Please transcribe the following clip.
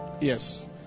Yes